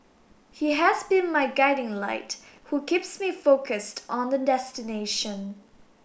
he has been my guiding light who keeps me focused on the destination